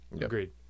Agreed